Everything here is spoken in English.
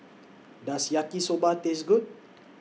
Does Yaki Soba Taste Good